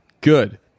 good